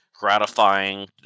gratifying